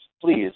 please